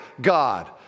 God